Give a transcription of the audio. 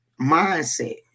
mindset